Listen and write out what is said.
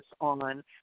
on